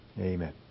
Amen